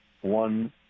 one